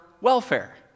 welfare